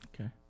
Okay